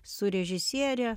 su režisiere